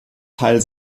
teil